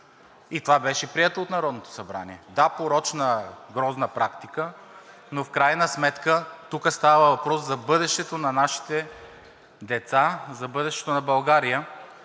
и това беше прието от Народното събрание. Да, порочна, грозна практика, но в крайна сметка тук става въпрос за бъдещето на нашите деца, за бъдещето на България.